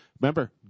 Remember